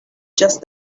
just